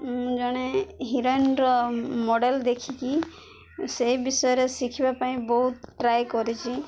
ମୁଁ ଜଣେ ହିରୋଇନ୍ର ମଡ଼େଲ ଦେଖିକି ସେଇ ବିଷୟରେ ଶିଖିବା ପାଇଁ ବହୁତ ଟ୍ରାଏ କରିଛି